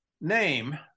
Name